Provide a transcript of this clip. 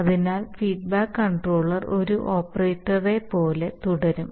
അതിനാൽ feedback controller ഒരു ഓപ്പറേറ്ററെപ്പോലെ തുടരും